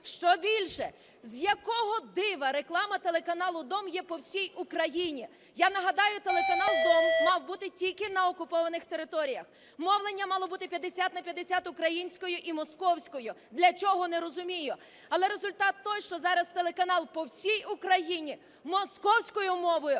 Щобільше, з якого дива реклама телеканалу "Дом" є по всій Україні? Я нагадаю, телеканал "Дом" мав бути тільки на окупованих територіях, мовлення мало бути 50 на 50 українською і московською, для чого, не розумію. Але результат той, що зараз телеканал по всій Україні московською мовою